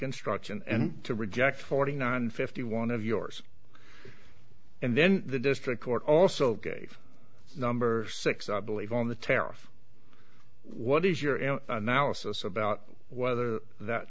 instruction and to reject forty nine fifty one of yours and then the district court also gave number six i believe on the tariff what is your analysis about whether that